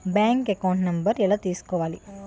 Bank account number ఎలా తీసుకోవాలి?